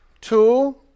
Two